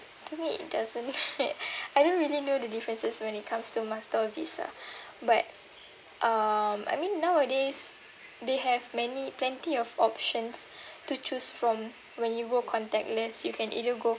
to me it doesn't I don't really know the differences when it comes to Master or Visa but um I mean nowadays they have many plenty of options to choose from when you go contactless you can either go